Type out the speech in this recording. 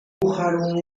ocho